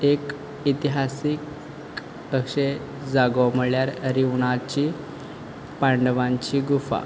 एक इतिहासीक तशें जागो म्हणल्यार रिवणाची पांडवांची गुफा